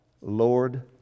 Lord